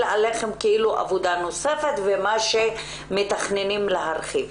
עליכם כעבודה נוספת ומה שמתכננים להרחיב.